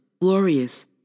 glorious